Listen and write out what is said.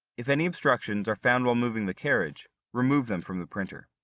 if any obstructions are found while moving the carriage, remove them from the printer.